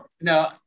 no